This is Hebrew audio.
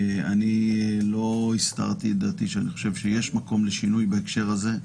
אני לא הסתרתי את דעתי שאני חושב שיש מקום לשינוי בהקשר הזה.